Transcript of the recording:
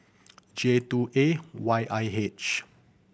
J two A Y I H